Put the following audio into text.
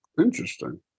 Interesting